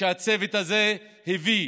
שהצוות הזה הביא.